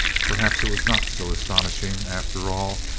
perhaps it was not so astonishing, after all,